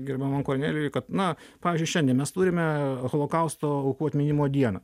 gerbiamam kornelijui na pavyzdžiui šiandien mes turime holokausto aukų atminimo dieną